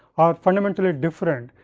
are fundamentally different,